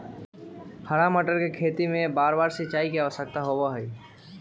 हरा मटर के खेत में बारबार सिंचाई के आवश्यकता होबा हई